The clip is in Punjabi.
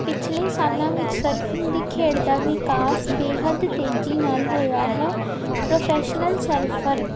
ਪਿਛਲੇ ਸਾਲਾਂ ਵਿੱਚ ਸਰਫਿੰਗ ਦੀ ਖੇਡ ਦਾ ਵਿਕਾਸ ਬੇਹੱਦ ਤੇਜੀ ਨਾਲ ਹੋਇਆ ਹੈ ਪ੍ਰੋਫੈਸ਼ਨਲ ਸਰਫਰ